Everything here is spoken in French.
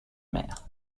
mer